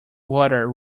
water